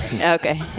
Okay